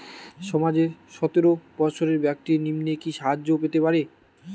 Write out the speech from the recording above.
সমাজের সতেরো বৎসরের ব্যাক্তির নিম্নে কি সাহায্য পেতে পারে?